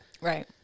Right